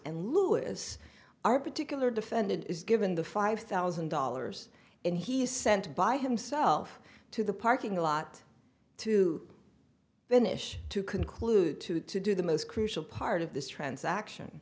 and lewis our particular defendant is given the five thousand dollars and he's sent by himself to the parking lot to finish to conclude to do the most crucial part of this transaction